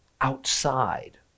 outside